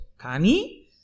Kani